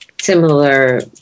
similar